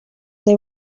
they